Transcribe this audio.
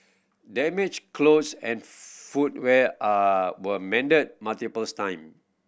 damaged clothes and footwear are were mended multiples time